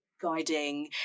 guiding